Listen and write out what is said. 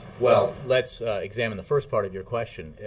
well, let's examine the first part of your question.